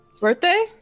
Birthday